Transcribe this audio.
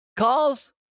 Calls